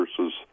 versus